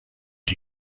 die